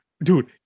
dude